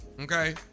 okay